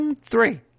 three